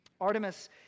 Artemis